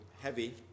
heavy